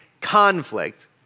conflict